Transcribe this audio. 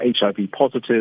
HIV-positive